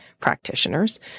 Practitioners